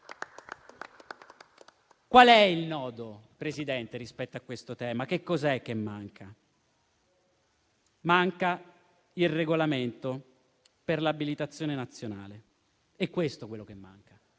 Qual è il nodo, Presidente, rispetto a questo tema? Che cosa manca? Manca il regolamento per l'abilitazione nazionale: è questo che manca.